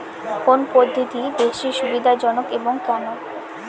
কোন পদ্ধতি বেশি সুবিধাজনক এবং কেন?